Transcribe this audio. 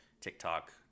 TikTok